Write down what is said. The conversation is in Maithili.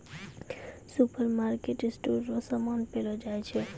सुपरमार्केटमे स्टोर रो समान पैलो जाय छै